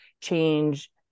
change